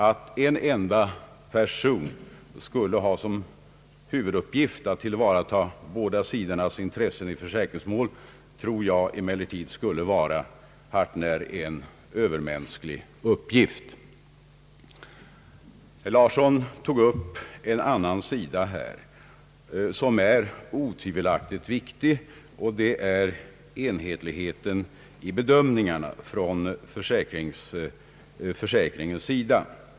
Att en enda person skulle ha såsom huvuduppgift att tillvarata båda sidornas intressen i försäkringsmål tror jag emellertid skulle vara en hart när Övermänsklig uppgift. Herr Larsson tog upp en annan fråga, som otvivelaktigt är viktig, nämligen enhetligheten i bedömningarna från försäkringskassornas sida.